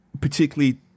particularly